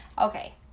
Okay